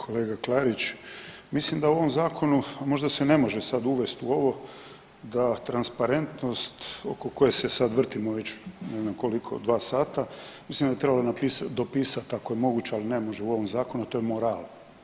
Kolega Klarić, mislim da u ovom zakonu, možda se ne može sad uvest u ovo da transparentnost oko koje se sad vrtimo ne znam koliko dva sata mislim da bi trebalo dopisati ako je moguće, ali ne može u ovom zakonu a to je moral.